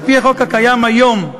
על-פי החוק הקיים היום,